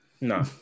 No